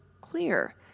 clear